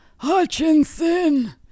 Hutchinson